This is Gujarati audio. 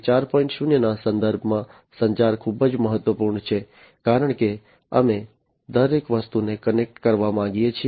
0 ના સંદર્ભમાં સંચાર ખૂબ જ મહત્વપૂર્ણ છે કારણ કે અમે દરેક વસ્તુને કનેક્ટ કરવા માંગીએ છીએ